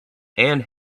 and